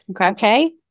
Okay